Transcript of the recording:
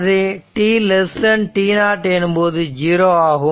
அது t t0 எனும்போது 0 ஆகும்